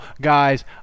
guys